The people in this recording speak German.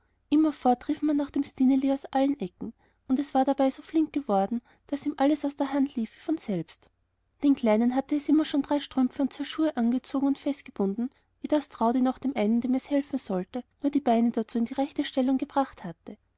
immerfort rief man nach dem stineli aus allen ecken und es war dabei so flink geworden daß ihm alles aus der hand lief wie von selbst den kleinen hatte es immer schon drei strümpfe und zwei schuhe angezogen und festgebunden eh das trudi dem einen dem es helfen sollte nur die beine dazu in die rechte stellung gebracht hatte